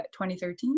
2013